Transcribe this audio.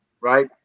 right